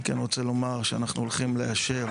אני כן רוצה לומר שאנחנו הולכים לאשר